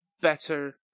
better